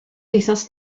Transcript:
wythnos